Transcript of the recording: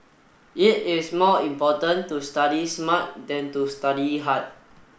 it is more important to study smart than to study hard